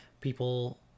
people